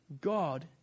God